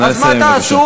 אז מה תעשו?